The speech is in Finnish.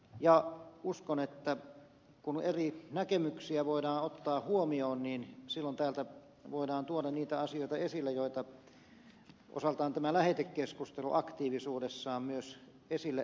ja uskon että kun eri näkemyksiä voidaan ottaa huomioon niin silloin täältä voidaan tuoda niitä asioita esille joita osaltaan tämä lähetekeskustelu aktiivisuudessaan myös esille antaa